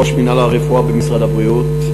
ראש מינהל הרפואה במשרד הבריאות,